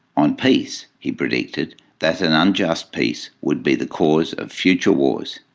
on peace, he predicted that an unjust peace would be the cause of future wars,